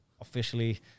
officially